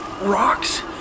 rocks